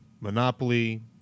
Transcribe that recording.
Monopoly